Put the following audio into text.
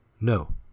No